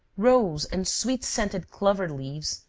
rose and sweet-scented clover leaves,